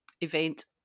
event